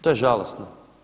To je žalosno.